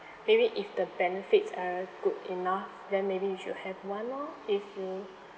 maybe if the benefits are good enough then maybe you should have one lor if you